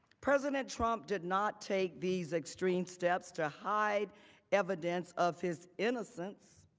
president trump did not take these extreme steps to hide evidence of his innocence.